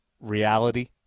reality